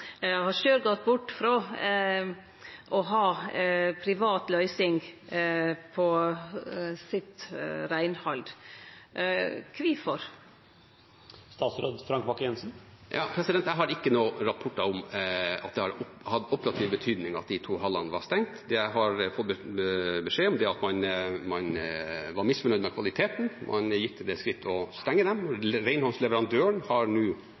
på sitt reinhald. Kvifor? Jeg har ikke noen rapporter om at det har hatt operativ betydning at de to hallene var stengt. Det jeg har fått beskjed om, er at man var misfornøyd med kvaliteten, og man gikk til det skritt å stenge dem. Renholdsleverandøren har nå